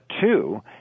two